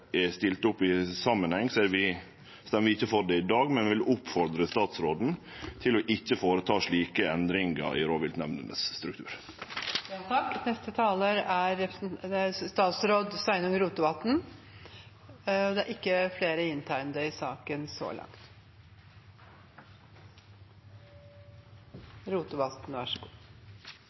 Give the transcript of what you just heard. stilt opp i ein samanheng, stemmer vi ikkje for det i dag. Vi vil oppfordre statsråden til ikkje å gjere slike endringar i strukturen på rovviltnemndene. Representanten Arnstad har heilt rett i at det er mange interessante premissar i